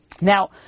Now